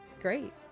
great